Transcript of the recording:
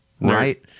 right